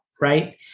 right